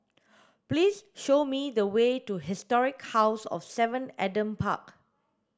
please show me the way to Historic House of seven Adam Park